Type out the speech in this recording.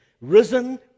risen